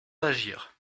d’agir